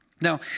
Now